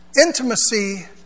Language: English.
Intimacy